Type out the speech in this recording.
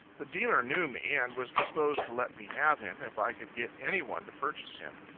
the dealer knew me, and was disposed to let me have him, if i could get any one to purchase him.